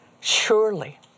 Surely